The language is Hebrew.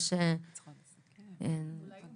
הייתם